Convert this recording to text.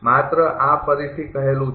માત્ર આ ફરી થી કહેલું છે